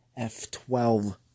F12